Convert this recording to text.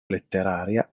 letteraria